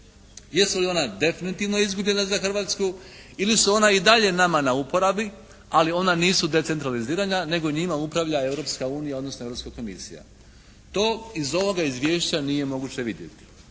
Jesu li ona definitivno izbuljena za Hrvatsku ili su ona i dalje nama na uporabi ali ona nisu decentralizirana nego njima upravlja Europska unija odnosno Europska komisija? To iz ovoga izvješća nije moguće vidjeti.